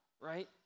right